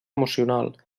emocional